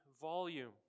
volume